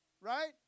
Right